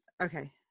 Okay